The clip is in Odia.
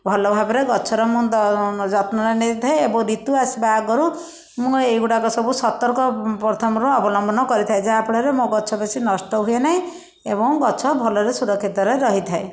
ଭଲ ଭାବରେ ଗଛ ର ମୁଁ ଯତ୍ନ ନେଇଥାଏ ଏବଂ ଋତୁ ଆସିବା ଆଗରୁ ମୁଁ ଏଇ ଗୁଡ଼ାକ ସବୁ ସତର୍କ ପ୍ରଥମ ରୁ ଅବଲମ୍ବନ କରିଥାଏ ଯାହାଫଳରେ ମୋ ଗଛ ବେଶି ନଷ୍ଟ ହୁଏ ନାହିଁ ଏବଂ ଗଛ ଭଲ ରେ ସୁରକ୍ଷିତରେ ରହିଥାଏ